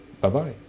bye-bye